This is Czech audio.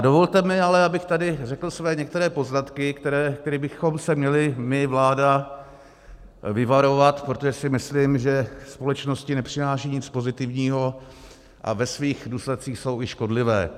Dovolte mi ale, abych tady řekl své některé poznatky, kterých bychom se měli my, vláda, vyvarovat, protože si myslím, že společnosti nepřináší nic pozitivního a ve svých důsledcích jsou i škodlivé.